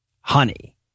Honey